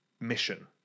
mission